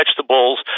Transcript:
vegetables